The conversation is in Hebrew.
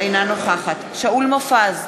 אינה נוכחת שאול מופז,